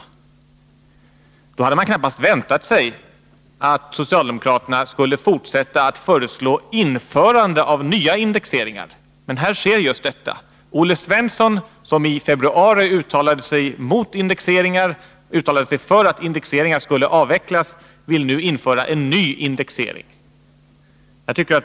Därför hade vi knappast väntat oss att socialdemokraterna skulle fortsätta att föreslå införande av nya indexeringar, men här sker just detta. Olle Svensson, som i februari uttalade sig för att indexeringarna skulle avvecklas, vill nu införa en ny indexering.